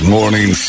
Morning